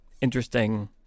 interesting